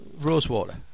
Rosewater